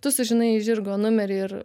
tu sužinai žirgo numerį ir